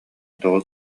тоҕо